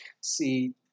see